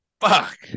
Fuck